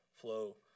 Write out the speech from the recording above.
flow